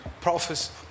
prophets